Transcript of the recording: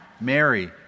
Mary